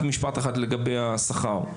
משפט אחד לגבי השכר: